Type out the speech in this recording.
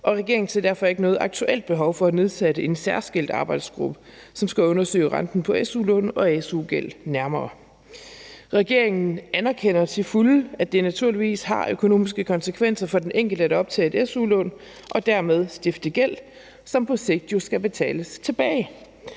og regeringen ser derfor ikke noget aktuelt behov for at nedsætte en særskilt arbejdsgruppe, som skal undersøge renten på su-lån og su-gæld nærmere. Regeringen anerkender til fulde, at det naturligvis har økonomiske konsekvenser for den enkelte at optage et su-lån og derved stifte gæld, som på sigt jo skal betales tilbage,